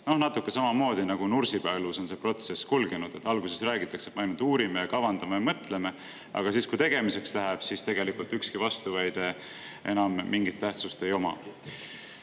Natuke samamoodi on Nursipalus see protsess kulgenud, et alguses räägitakse, et me ainult uurime, kavandame ja mõtleme, aga siis, kui tegemiseks läheb, siis tegelikult ükski vastuväide enam mingit tähtsust ei oma. Nüüd